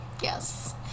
Yes